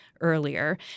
earlier